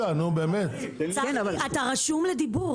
צחי, אתה רשום לדיבור.